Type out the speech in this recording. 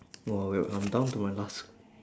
!wow! wait I'm down to my last